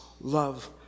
love